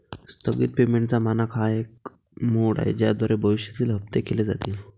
स्थगित पेमेंटचा मानक हा एक मोड आहे ज्याद्वारे भविष्यातील हप्ते केले जातील